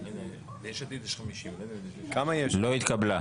אין לא אושר.